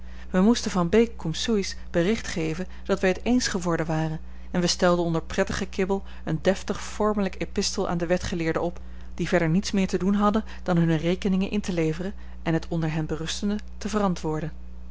wij moesten van beek c s bericht geven dat wij het eens geworden waren en wij stelden onder prettig gekibbel een deftig vormelijk epistel aan de wetgeleerden op die verder niets meer te doen hadden dan hunne rekeningen in te leveren en het onder hen berustende te verantwoorden